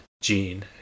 gene